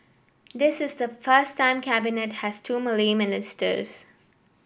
this is the first time Cabinet has two Malay ministers